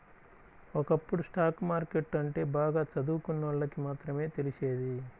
ఒకప్పుడు stock market అంటే బాగా చదువుకున్నోళ్ళకి మాత్రమే తెలిసేది